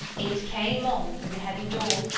it came on through the heavy door,